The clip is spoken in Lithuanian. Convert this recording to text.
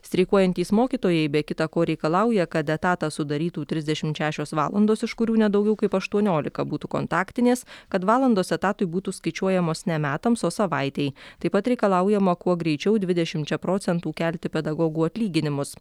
streikuojantys mokytojai be kita ko reikalauja kad etatą sudarytų trisdešimt šešios valandos iš kurių ne daugiau kaip aštuoniolika būtų kontaktinės kad valandos etatui būtų skaičiuojamos ne metams o savaitei taip pat reikalaujama kuo greičiau dvidešimčia procentų kelti pedagogų atlyginimus